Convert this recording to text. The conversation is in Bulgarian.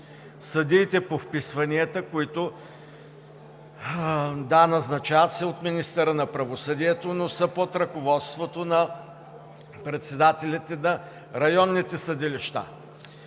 Съдиите по вписванията, които – да, назначават се от министъра на правосъдието, но са под ръководството на председателите на районните съдилища,